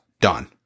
done